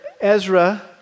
Ezra